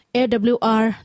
awr